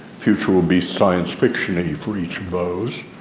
future will be science-fiction-y for each of those.